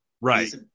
Right